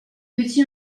petit